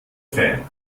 fan